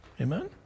Amen